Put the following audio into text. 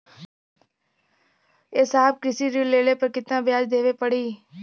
ए साहब कृषि ऋण लेहले पर कितना ब्याज देवे पणी?